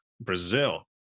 Brazil